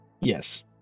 Yes